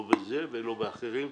לא בזה ולא באחרים.